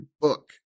book